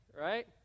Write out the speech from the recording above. right